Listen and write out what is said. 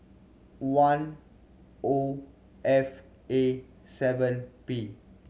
one O F A seven P